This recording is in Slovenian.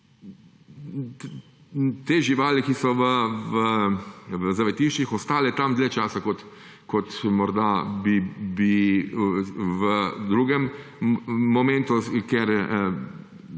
te živali, ki so v zavetiščih, ostale tam dlje časa kot bi morda v drugem momentu, ker